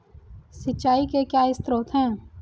सिंचाई के क्या स्रोत हैं?